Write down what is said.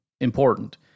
important